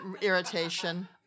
irritation